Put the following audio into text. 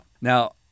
Now